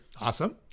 Awesome